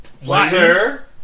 Sir